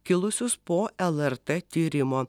kilusius po lrt tyrimo